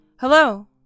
Hello